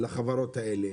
לחברות האלה